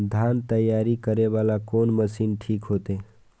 धान तैयारी करे वाला कोन मशीन ठीक होते?